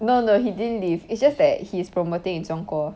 no no he didn't leave it's just that he's promoting in 中国